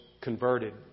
converted